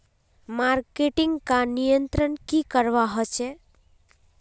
Marketing का नियंत्रण की करवा होचे?